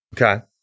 Okay